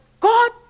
God